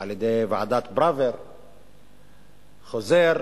ועל-ידי ועדת-פראוור חוזרת